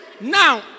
Now